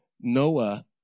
Noah